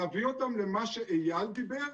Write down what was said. להביא אותם למה שאיל דבר עליו,